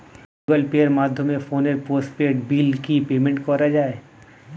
Google পের মাধ্যমে ফোনের পোষ্টপেইড বিল কি পেমেন্ট করা যায়?